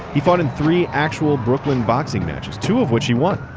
he fought in three actual brooklyn boxing matches, two of which he won.